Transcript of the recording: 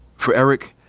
for eric,